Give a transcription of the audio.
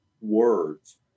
words